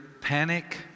panic